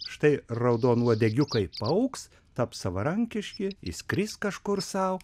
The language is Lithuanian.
štai raudonuodegiukai paaugs taps savarankiški išskris kažkur sau